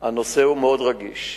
הנושא הוא מאוד רגיש,